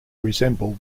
resemble